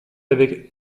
avec